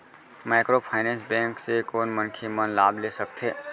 Microfinance bank से कोन मनखे मन लाभ ले सकथे?